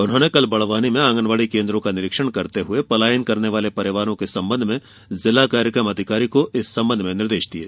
उन्होंने कल बड़वानी में आंगनबाड़ी केन्द्रों का निरीक्षण करते हुए पलायन करने वाले परिवारों के संबंध में जिला कार्यक्रम अधिकारी को इस संबंध में निर्देश दिये